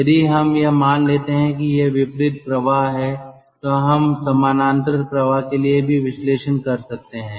यदि हम यह मान लेते हैं यह विपरीत प्रवाह है तो हम समानांतर प्रवाह के लिए भी विश्लेषण कर सकता है